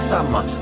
Summer